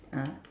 ah